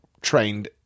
trained